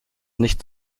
nicht